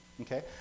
okay